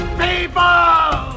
people